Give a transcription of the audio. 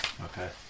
Okay